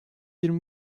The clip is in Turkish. yirmi